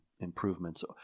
improvements